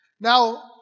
Now